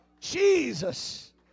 Jesus